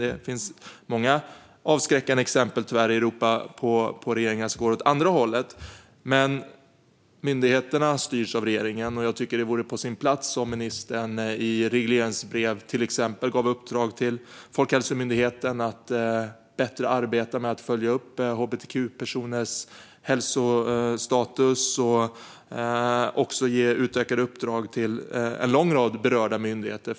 Det finns tyvärr många avskräckande exempel i Europa på regeringar som går åt andra hållet. Men myndigheterna styrs av regeringen, och jag tycker att det vore på sin plats att ministern, till exempel i regleringsbrev, gav Folkhälsomyndigheten i uppdrag att arbeta bättre med att följa upp hbtq-personers hälsostatus och även gav utökade uppdrag till en lång rad berörda myndigheter.